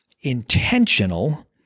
intentional